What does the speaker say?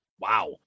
Wow